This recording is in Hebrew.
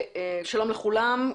שלום לכולם,